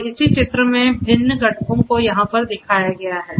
और इसी चित्र में भिन्न घटकों को यहाँ पर दिखाया गया है